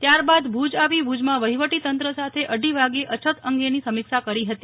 ત્યારબાદ ભુજ આવી ભુજમાં વહીવટી તંત્ર સાથે અઢી વાગ્યે અછત અંગેની સમીક્ષા કરી હતી